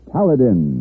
Paladin